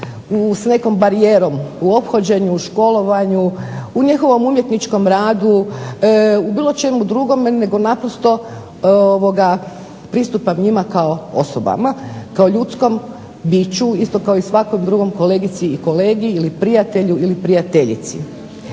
s nekom barijerom u ophođenju, u školovanju, u njihovom umjetničkom radu, u bilo čemu drugome nego pristupam njima kao osobama, kao ljudskom biću isto kao i svakom drugom kolegici i kolegi ili prijatelju ili prijateljici.